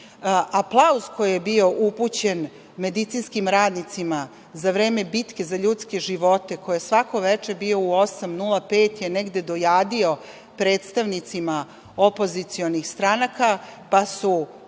imali. Aplauz koji je bio upućen medicinskim radnicima za vreme bitke za ljudske živote koje svako veče bio u 20.05 je negde dojadio predstavnicima opozicionih stranaka, pa su